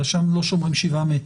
שם לא שומרים 7 מטר.